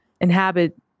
inhabit